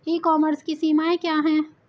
ई commerce की सीमाएं क्या हैं?